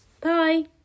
Bye